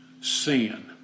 sin